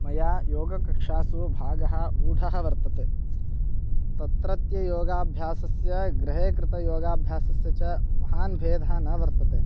मया योगकक्षासु भागः ऊढः वर्तते तत्रत्य योगाभ्यासस्य गृहे कृतयोगाभ्यासस्य च महान् भेदः न वर्तते